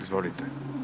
Izvolite.